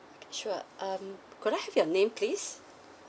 sure um could I have your name please